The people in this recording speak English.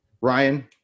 Ryan